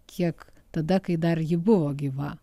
kiek tada kai dar ji buvo gyva